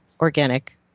organic